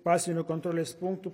pasienio kontrolės punktų